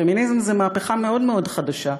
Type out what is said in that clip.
פמיניזם הוא מהפכה מאוד מאוד חדשה.